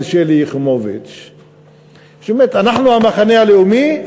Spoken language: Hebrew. שלי יחימוביץ שאומרת: אנחנו המחנה הלאומי,